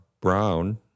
Brown